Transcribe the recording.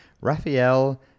Raphael